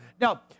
Now